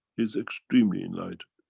he's extremely enlightened,